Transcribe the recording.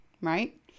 right